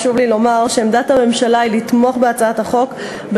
חשוב לי לומר שעמדת הממשלה היא לתמוך בהצעת החוק,